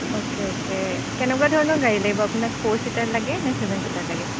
okay okay কেনেকুৱা ধৰণৰ গাড়ী লাগিব আপোনাক ফ'ৰ ছিটাৰ লাগে নে ছেভেন ছিটাৰ লাগে